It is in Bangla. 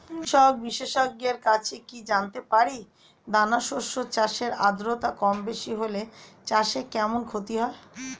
কৃষক বিশেষজ্ঞের কাছে কি জানতে পারি দানা শস্য চাষে আদ্রতা কমবেশি হলে চাষে কেমন ক্ষতি হয়?